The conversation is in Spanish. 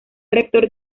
rector